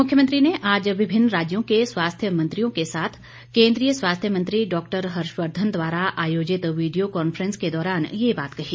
मुख्यमंत्री ने आज विभिन्न राज्यों के स्वास्थ्य मंत्रियों के साथ केंद्रीय स्वास्थ्य मंत्री डॉक्टर हर्षवर्धन द्वारा आयोजित वीडियो कांफ्रेंस के दौरान ये बात कही